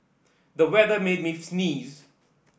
the weather made me sneeze